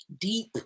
deep